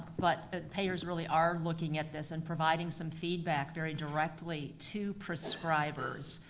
but and payers really are looking at this and providing some feedback very directly to prescribers.